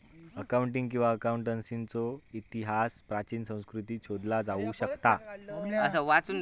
accounting किंवा अकाउंटन्सीचो इतिहास प्राचीन संस्कृतींत शोधला जाऊ शकता